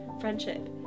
friendship